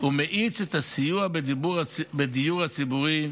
ומאיץ את הסיוע בדיור הציבורי